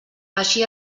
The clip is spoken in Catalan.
així